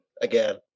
again